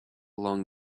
along